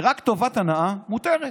רק שהיא טובת הנאה מותרת.